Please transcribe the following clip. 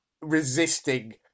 resisting